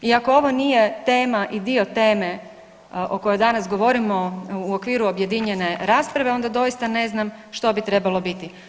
I ako ovo nije tema i dio teme o kojoj danas govorio u okviru objedinjene rasprave onda doista ne znam što bi trebalo biti.